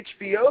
HBO